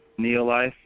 Neolife